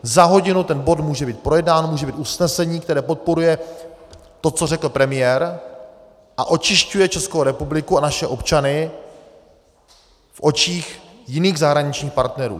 Za hodinu ten bod může být projednán, může být usnesení, které podporuje to, co řekl premiér, a očišťuje Českou republiku a naše občany v očích jiných zahraničních partnerů.